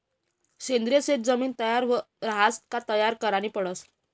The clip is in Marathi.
सेंद्रिय शेत जमीन तयार रहास का तयार करनी पडस